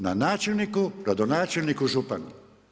Na načelniku, gradonačelniku, županu.